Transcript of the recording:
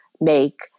make